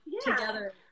together